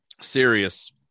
serious